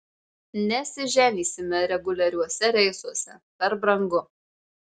nesiženysime reguliariuose reisuose per brangu